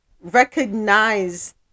recognize